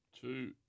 Two